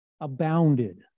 abounded